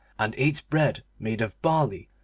and ate bread made of barley,